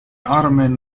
ottoman